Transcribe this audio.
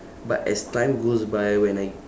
but as time goes by when I